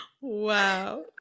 Wow